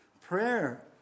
Prayer